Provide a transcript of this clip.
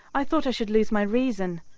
i thought i should lose my reason.